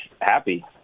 happy